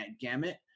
gamut